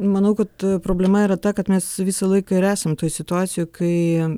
manau kad problema yra ta kad mes visą laiką ir esam toj situacijoj kai